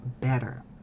better